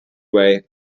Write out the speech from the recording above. way